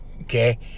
okay